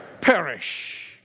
Perish